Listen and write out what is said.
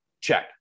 check